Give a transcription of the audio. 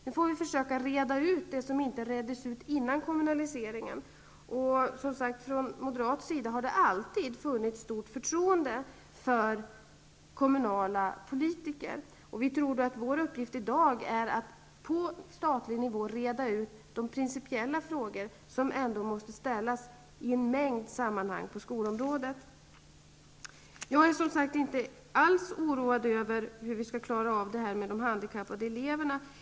Nu får vi försöka reda ut det som inte reddes ut innan kommunaliseringen genomfördes. Från moderat sida har det alltid funnits stort förtroende för kommunala politiker. Vi tror att vår uppgift i dag är att på statlig nivå reda ut de principiella frågor som ändå måste ställas i en mängd sammanhang på skolområdet. Jag är inte alls oroad över hur vi skall klara av de handikappade eleverna.